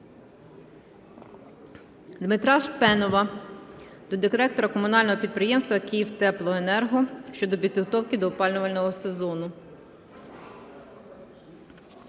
Дмитра Шпенова до директора Комунального підприємства "Київтеплоенерго" щодо підготовки до опалювального сезону.